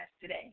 today